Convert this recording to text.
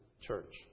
church